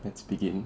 let's begin